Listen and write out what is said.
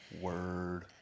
Word